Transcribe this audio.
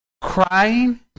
Crying